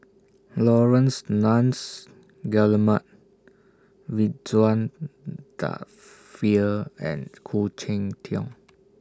Laurence Nunns Guillemard Ridzwan Dzafir and Khoo Cheng Tiong